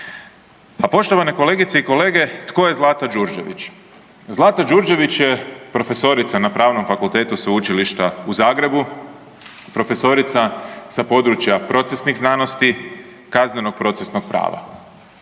A poštovane kolegice i kolege, tko je Zlata Đurđević? Zlata Đurđević je profesorica na Pravnom fakultetu Sveučilišta u Zagrebu, profesorica sa područja procesnih znanosti, kaznenog procesnog prava.